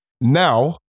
Now